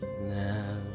now